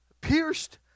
pierced